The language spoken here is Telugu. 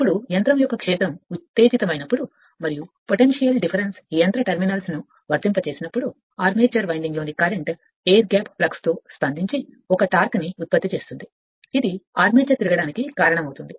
ఇప్పుడు యంత్రం యొక్క క్షేత్రం ఉత్తేజితమైనప్పుడు మరియు అవి పొటెన్షియల్ డిఫరెన్స్ యంత్ర టెర్మినల్స్పై ఆకట్టుకున్నప్పుడు ఆర్మేచర్ వైండింగ్లోని కరెంట్ ఎయిర్ గ్యాప్ ఫ్లక్స్తో స్పందించి ఒక టార్క్ ని ఉత్పత్తి చేస్తుంది ఇది ఆర్మేచర్ తిరగడానికి కారణమవుతుంది